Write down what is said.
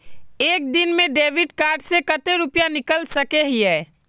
एक दिन में डेबिट कार्ड से कते रुपया निकल सके हिये?